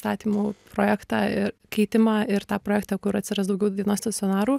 įstatymų projektą ir keitimą ir tą projektą kur atsiras daugiau dienos stacionarų